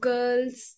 Girls